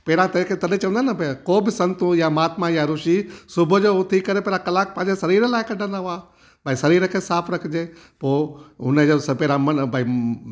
पहिरियां तंहिं करे तॾहिं चवंदा आहिनि को बि संत या महात्मा या ऋषी सुबुह जो उथी करे पहिरियां कलाकु पंहिंजे शरीर लाइ कढंदा हुआ भई शरीर खे साफ़ु रखिजे पोइ हुनजो सपेरा मन भई